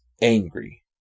angry